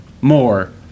more